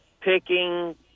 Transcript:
picking